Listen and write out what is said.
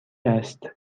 است